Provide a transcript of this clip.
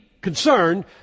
concerned